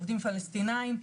עובדים פלסטינים,